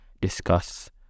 discuss